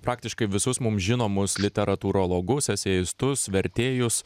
praktiškai visus mum žinomus literatūrologus eseistus vertėjus